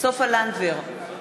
סופה לנדבר,